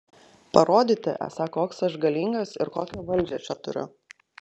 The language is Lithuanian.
parodyti esą koks aš galingas ir kokią valdžią čia turiu